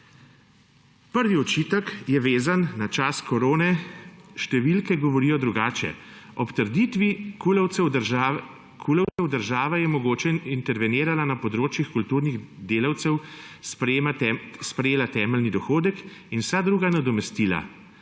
Prvi očitek je vezan na čas korone. Številke govorijo drugače. Ob trditvi KUL-ovcev država je intervenirala na področju kulturnih delavcev, sprejela temeljni dohodek in vsa druga nadomestila,